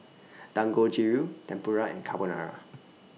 Dangojiru Tempura and Carbonara